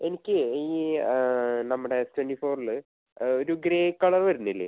എനിക്ക് ഈ നമ്മുടെ ട്വൻറ്റി ഫോറിൽ ഒരു ഗ്രേ കളർ വരുന്നില്ലേ